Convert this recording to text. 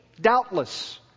doubtless